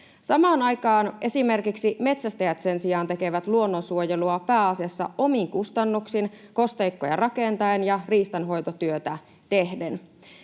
Samaan aikaan esimerkiksi metsästäjät sen sijaan tekevät luonnonsuojelua pääasiassa omin kustannuksin kosteikkoja rakentaen ja riistanhoitotyötä tehden.